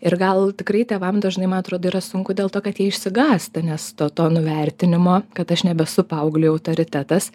ir gal tikrai tėvam dažnai man atrodo yra sunku dėl to kad jie išsigąsta nes to to nuvertinimo kad aš nebesu paaugliui autoritetas